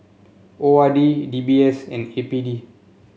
O R D D B S and A P D